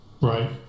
Right